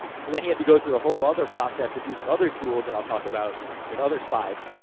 so, then he had to go through a whole other process, of using other tools, that i'll talk about in other slides,